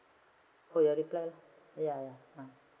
oh you reply lah ya ya ah